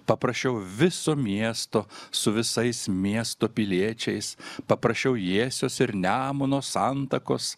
paprašiau viso miesto su visais miesto piliečiais paprašiau jiesios ir nemuno santakos